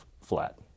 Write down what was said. flat